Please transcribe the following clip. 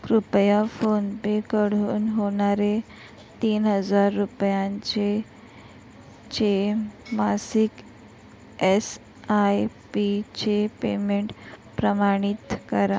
कृपया फोनपेकडून होणारे तीन हजार रुपयांचे चे मासिक एस आय पीचे पेमेंट प्रमाणित करा